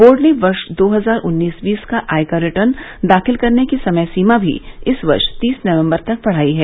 board ने वर्ष दो हजार उन्नीस बीस का आयकर रिटर्न दाखिल करने की समय सीमा भी इस वर्ष तीस नवंबर तक बढ़ाई है